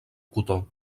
cotó